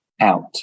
out